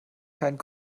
keinen